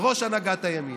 בראש הנהגת הימין.